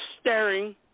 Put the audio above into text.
staring